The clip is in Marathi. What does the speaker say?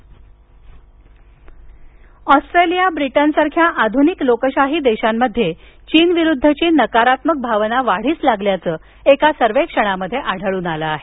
चीन सर्वेक्षण ऑस्ट्रेलिया ब्रिटनसारख्या आध्निक लोकशाही देशांमध्ये चीनविरुद्ध नकारात्मक भावना वाढीस लागल्याचं एका सर्वेक्षणात आढळून आलं आहे